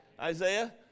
Isaiah